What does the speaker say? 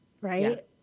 Right